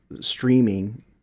streaming